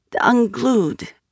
unglued